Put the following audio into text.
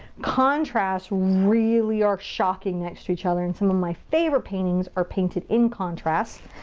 contrasts really are shocking next to each other and some of my favorite paintings are painted in contrast.